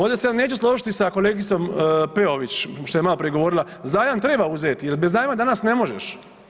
Ovdje se neću složiti sa kolegicom Peović što je maloprije govorila, zajam treba uzeti jer bez zajma danas ne možeš.